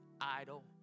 idle